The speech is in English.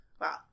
wow